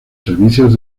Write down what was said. servicios